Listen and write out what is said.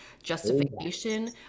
justification